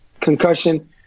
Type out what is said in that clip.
Concussion